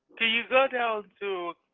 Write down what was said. you go down to,